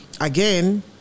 again